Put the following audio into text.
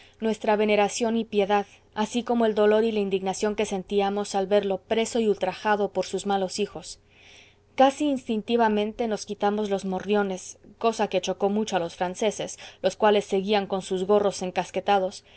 nuestra veneración y piedad así como el dolor y la indignación que sentíamos al verlo preso y ultrajado por sus malos hijos casi instintivamente nos quitamos los morriones cosa que chocó mucho a los franceses los cuales seguían con sus gorros encasquetados